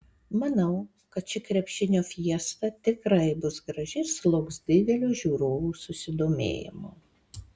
manau kad ši krepšinio fiesta tikrai bus graži ir sulauks didelio žiūrovų susidomėjimo